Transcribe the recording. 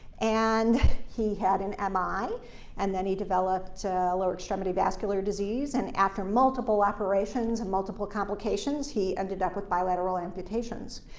and he had an um mi, and then he developed lower-extremity vascular disease, and after multiple operations and multiple complications, he ended up with bilateral amputations.